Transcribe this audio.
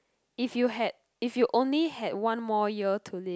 if you had if you only had one more year to live